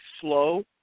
slow